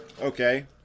Okay